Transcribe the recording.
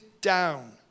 down